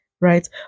right